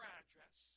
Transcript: address